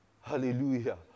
Hallelujah